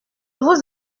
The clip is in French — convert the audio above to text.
vous